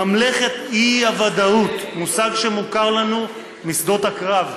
"ממלכת האי-ודאות" מושג שמוכר לנו משדות הקרב.